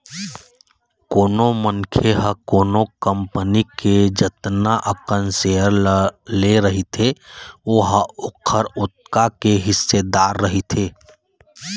कोनो मनखे ह कोनो कंपनी के जतना अकन सेयर ल ले रहिथे ओहा ओखर ओतका के हिस्सेदार रहिथे